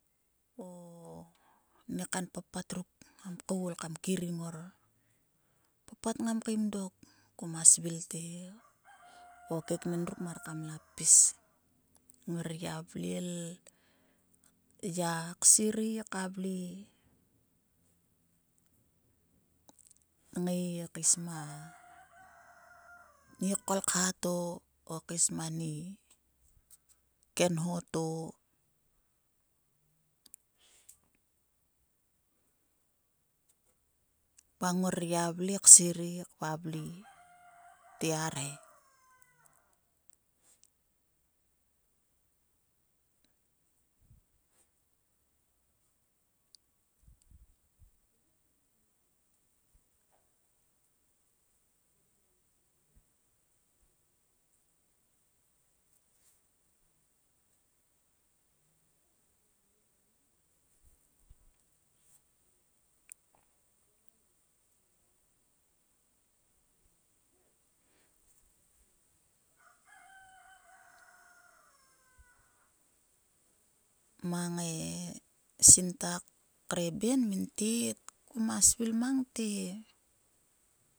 O ni kain papat ruk ngam koul kam kering ngor. O papat ngam keim dok kuma svill te o kekenen ruk mar kam la pis ngror gia vle lya ksirei ka vle kngai kais ma ni kolkha to o mani kenho to. Va ngor gia vle. Kserei ka vle te arhe. Mang e sinta kre ben min tet kuma svill mang te